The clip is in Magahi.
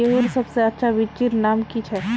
गेहूँर सबसे अच्छा बिच्चीर नाम की छे?